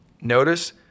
Notice